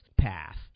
path